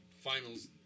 finals